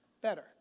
better